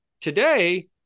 Today